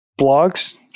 blogs